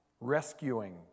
rescuing